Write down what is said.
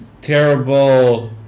terrible